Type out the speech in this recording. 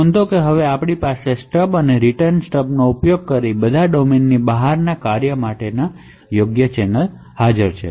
નોંધો કે હવે આપણી પાસે સ્ટબ અને રીટર્ન સ્ટબનો ઉપયોગ કરીને બધા ડોમેનની બહારનાં ફંકશન માટે યોગ્ય ચેનલ હશે